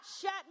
shut